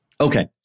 Okay